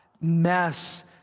Mess